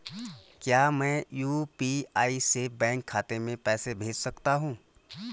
क्या मैं यु.पी.आई से बैंक खाते में पैसे भेज सकता हूँ?